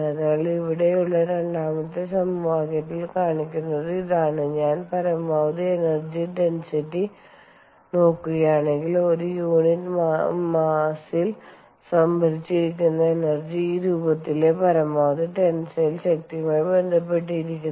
അതിനാൽ ഇവിടെയുള്ള രണ്ടാമത്തെ സമവാക്യത്തിൽ കാണിക്കുന്നത് ഇതാണ് ഞാൻ പരമാവധി എനർജി ഡെൻസിറ്റി നോക്കുകയാണെങ്കിൽ ഒരു യൂണിറ്റ് മാസ്സിൽ സംഭരിച്ചിരിക്കുന്ന എനർജി ഈ രൂപത്തിലെ പരമാവധി ടെൻസൈൽ ശക്തിയുമായി ബന്ധപ്പെട്ടിരിക്കുന്നു